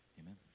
Amen